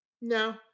no